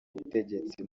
ubutegetsi